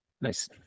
nice